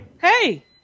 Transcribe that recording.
hey